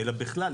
אלא בכלל,